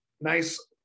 nice